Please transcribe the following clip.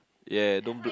yeah don't bla~